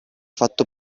fatto